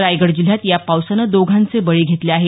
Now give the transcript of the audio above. रायगड जिल्ह्यात या पावसानं दोघांचे बळी घेतले आहेत